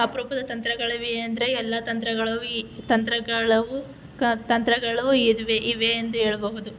ಅಪರೂಪದ ತಂತ್ರಗಳಿವೆಯೇ ಅಂದರೆ ಎಲ್ಲ ತಂತ್ರಗಳುಯಿ ತಂತ್ರಗಳವೂ ಕ ತಂತ್ರಗಳು ಇದುವೆ ಇವೆ ಎಂದು ಹೇಳ್ಬಹುದು